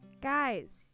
Guys